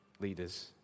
leaders